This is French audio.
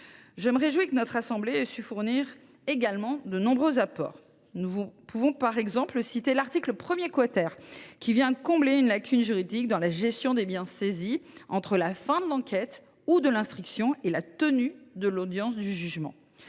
Je me réjouis que notre assemblée ait su doter le texte de nombreux apports. Par exemple, l’article 1 , qui comble une lacune juridique dans la gestion des biens saisis entre la fin de l’enquête ou de l’instruction et la tenue de l’audience de jugement,